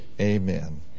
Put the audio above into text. Amen